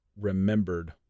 remembered